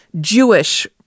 Jewish